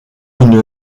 une